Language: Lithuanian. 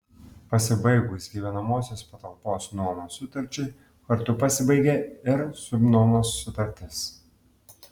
pasibaigus gyvenamosios patalpos nuomos sutarčiai kartu pasibaigia ir subnuomos sutartis